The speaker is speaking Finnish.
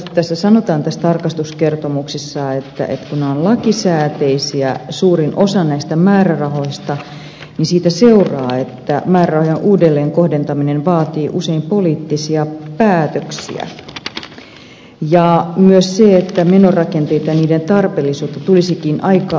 tässä tarkastuskertomuksessa sanotaan että kun suurin osa näistä määrärahoista on lakisääteisiä siitä seuraa että määrärahojen uudelleenkohdentaminen vaatii usein poliittisia päätöksiä ja menorakenteita ja niiden tarpeellisuutta tulisikin aika ajoin aidosti tarkastella uudelleen